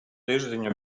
тиждень